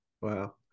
Wow